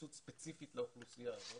התייחסות ספציפית לאוכלוסייה הזו.